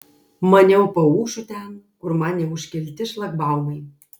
maniau paūšiu ten kur man neužkelti šlagbaumai